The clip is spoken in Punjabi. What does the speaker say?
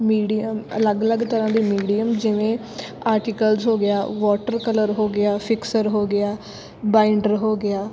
ਮੀਡੀਅਮ ਅਲੱਗ ਅਲੱਗ ਤਰ੍ਹਾਂ ਦੇ ਮੀਡੀਅਮ ਜਿਵੇਂ ਆਟੀਕਲਸ ਹੋ ਗਿਆ ਵੋਟਰ ਕਲਰ ਹੋ ਗਿਆ ਫਿਕਸਰ ਹੋ ਗਿਆ ਬਾਈਂਡਰ ਹੋ ਗਿਆ